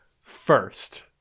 First